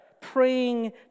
praying